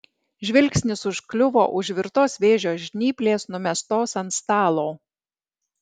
žvilgsnis užkliuvo už virtos vėžio žnyplės numestos ant stalo